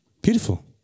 Beautiful